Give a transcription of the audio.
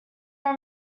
are